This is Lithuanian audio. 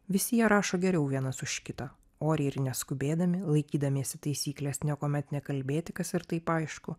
visi jie rašo geriau vienas už kitą oriai ir neskubėdami laikydamiesi taisyklės niekuomet nekalbėti kas ir taip aišku